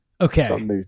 Okay